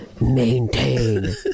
Maintain